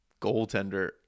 goaltender